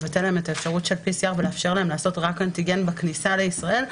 האפשרות של PCR ולאפשר להם לעשות רק אנטיגן בכניסה לישראל,